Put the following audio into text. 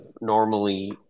normally